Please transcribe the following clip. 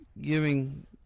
giving